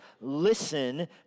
Listen